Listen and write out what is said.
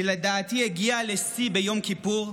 שלדעתי הגיע לשיא ביום כיפור,